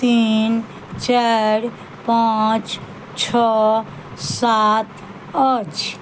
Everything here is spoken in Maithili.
तीन चारि पाँच छओ सात अछि